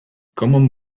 common